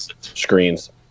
screens